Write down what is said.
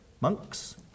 monks